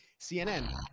CNN